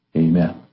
Amen